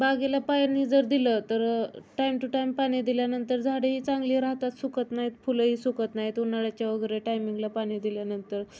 बागेला पाणी जर दिलं तर टाईम टू टाईम पाणी दिल्यानंतर झाडेही चांगली राहतात सुकत नाहीत फुलंही सुकत नाहीत उन्हाळ्याच्या वगैरे टायमिंगला पाणी दिल्यानंतर